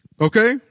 Okay